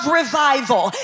revival